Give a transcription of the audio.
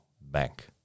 bank